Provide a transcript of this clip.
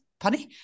punny